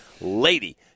Lady